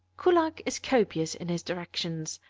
kullak is copious in his directions,